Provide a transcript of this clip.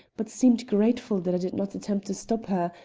but seemed grateful that i did not attempt to stop her,